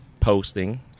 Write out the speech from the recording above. posting